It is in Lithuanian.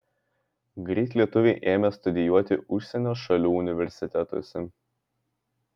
greit lietuviai ėmė studijuoti užsienio šalių universitetuose